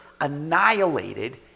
annihilated